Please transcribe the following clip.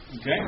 Okay